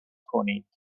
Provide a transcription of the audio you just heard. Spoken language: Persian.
کنید